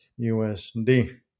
USD